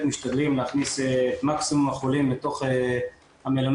משתדלים להכניס את מקסימום החולים לתוך המלונות.